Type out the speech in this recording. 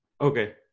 Okay